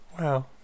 wow